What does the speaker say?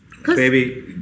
Baby